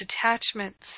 attachments